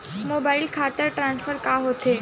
Mobile खाता transfer का होथे?